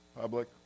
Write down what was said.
public